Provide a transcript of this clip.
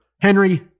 Henry